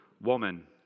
Woman